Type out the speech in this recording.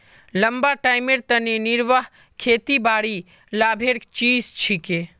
लंबा टाइमेर तने निर्वाह खेतीबाड़ी लाभेर चीज छिके